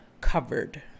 covered